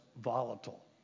volatile